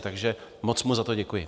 Takže moc mu za to děkuji.